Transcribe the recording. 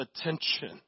attention